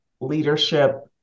leadership